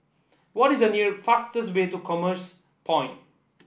what is the near fastest way to Commerce Point